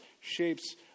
shapes